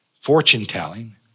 fortune-telling